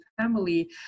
family